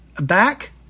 back